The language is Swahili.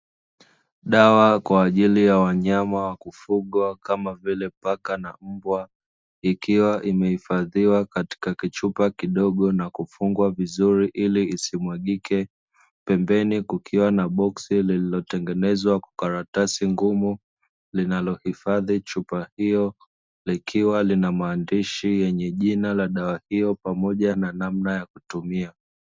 Dawa kwa ajili ya wanyama wa kufugwa kama vile paka na mbwa, ikiwa imehifadhiwa katika kichupa kidogo na kufungwa vizuri ili isimwagike, pembeni kukiwa na boksi lililotengenezwa karatasi ngumu, linalohifadhi chupa hiyo likiwa lina maandishi yenye jina la dawa hiyo pamoja na namna ya kutumia.